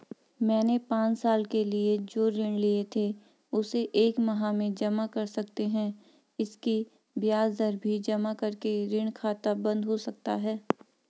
मैंने पांच साल के लिए जो ऋण लिए थे उसे एक माह में जमा कर सकते हैं इसकी ब्याज दर भी जमा करके ऋण खाता बन्द हो सकता है?